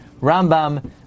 Rambam